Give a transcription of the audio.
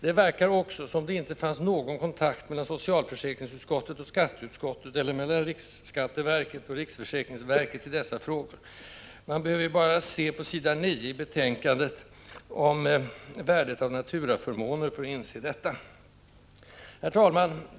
Det verkar också som om det inte fanns någon kontakt mellan socialförsäkringsutskottet och skatteutskottet eller mellan riksskatteverket och riksförsäkringsverket i dessa frågor. Man behöver bara se på s. 9 i betänkandet om värdet av naturaförmåner för att inse detta. Herr talman!